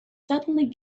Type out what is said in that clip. suddenly